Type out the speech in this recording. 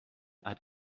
add